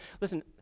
listen